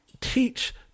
teach